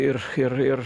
ir ir ir